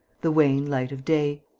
the wan light of day,